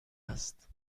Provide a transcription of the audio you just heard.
است